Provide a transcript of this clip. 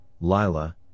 Lila